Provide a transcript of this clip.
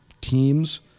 teams –